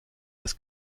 des